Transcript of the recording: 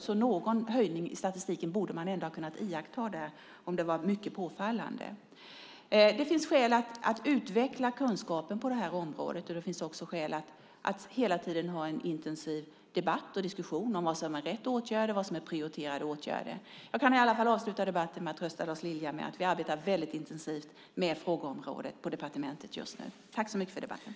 Så någon höjning i statistiken borde man ändå ha kunnat iaktta om det var mycket påfallande. Det finns skäl att utveckla kunskapen på det här området. Det finns också skäl att hela tiden ha en intensiv debatt och diskussion om vad som är rätt åtgärder, vad som är prioriterade åtgärder. Jag kan i alla fall avsluta debatten med att trösta Lars Lilja med att vi arbetar väldigt intensivt med frågeområdet på departementet just nu.